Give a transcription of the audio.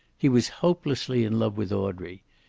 he was hopelessly in love with audrey.